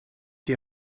die